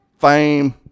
fame